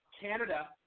Canada